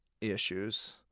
issues